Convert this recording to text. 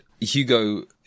Hugo